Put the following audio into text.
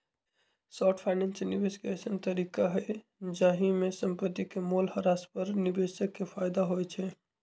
short finance निवेश के अइसँन तरीका हइ जाहिमे संपत्ति के मोल ह्रास पर निवेशक के फयदा होइ छइ